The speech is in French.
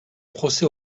procès